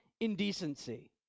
indecency